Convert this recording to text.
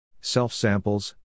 Self-samples